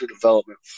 development